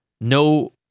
No